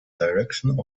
direction